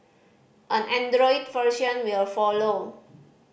an Android version will follow